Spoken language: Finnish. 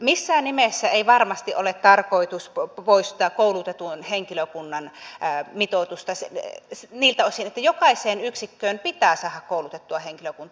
missään nimessä ei varmasti ole tarkoitus poistaa koulutetun henkilökunnan mitoitusta niiltä osin että jokaiseen yksikköön pitää saada koulutettua henkilökuntaa